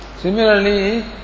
Similarly